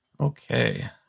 Okay